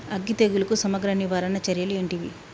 అగ్గి తెగులుకు సమగ్ర నివారణ చర్యలు ఏంటివి?